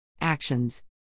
Actions